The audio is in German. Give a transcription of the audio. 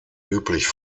üblich